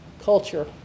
culture